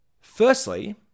firstly